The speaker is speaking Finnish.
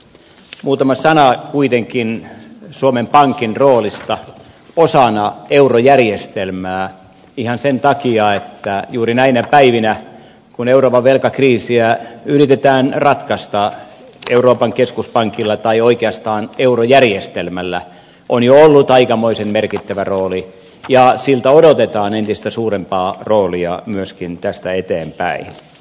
muutama sana kuitenkin suomen pankin roolista osana eurojärjestelmää ihan sen takia että juuri näinä päivinä kun euroopan velkakriisiä yritetään ratkaista euroopan keskuspankilla tai oikeastaan eurojärjestelmällä on jo ollut aikamoisen merkittävä rooli ja siltä odotetaan entistä suurempaa roolia myöskin tästä eteenpäin